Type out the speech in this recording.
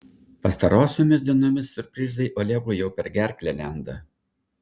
pastarosiomis dienomis siurprizai olegui jau per gerklę lenda